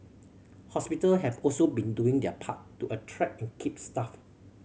hospital have also been doing their part to attract and keep staff